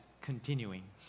continuing